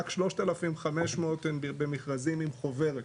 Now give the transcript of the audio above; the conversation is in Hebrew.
רק 3500 הם במכרזים עם חוברת,